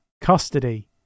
custody